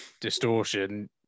distortion